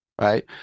right